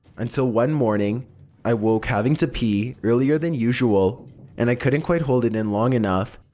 until one morning i woke having to pee earlier than usual and i couldn't quite hold it and long enough.